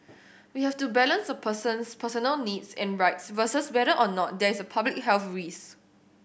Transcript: we have to balance a person's personal needs and rights versus whether or not there is a public health risk